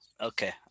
okay